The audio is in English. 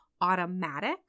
automatic